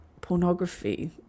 pornography